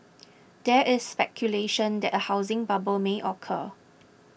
there is speculation that a housing bubble may occur